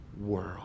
world